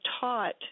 taught